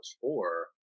four